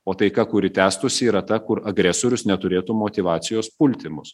o taika kuri tęstųsi yra ta kur agresorius neturėtų motyvacijos pulti mus